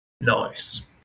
Nice